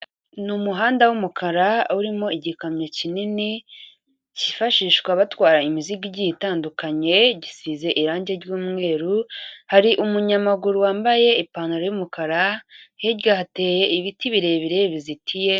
Ni umuhanda w'umukara urimo igikamyo kinini cyifashishwa batwara imizigo igiye itandukanye gisize irangi ry'umweru, hari umunyamaguru wambaye ipantaro y'umukara, hirya hateye ibiti birebire bizitiye.